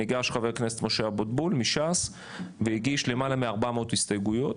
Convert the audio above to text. ניגש חבר הכנסת משה אבוטבול מש"ס והגיש למעלה מ-400 הסתייגויות,